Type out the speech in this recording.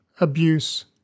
abuse